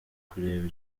kureba